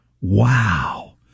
Wow